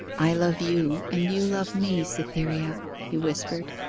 i love you, and you love me, cytherea he whispered.